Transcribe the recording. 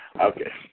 Okay